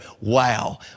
wow